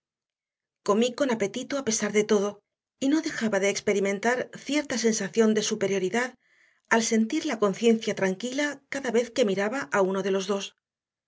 comí con apetito a pesar de todo y no dejaba de experimentar cierta sensación de superioridad al sentir la conciencia tranquila cada vez que miraba a uno de los dos